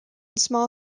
small